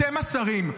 אתם השרים,